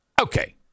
Okay